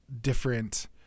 different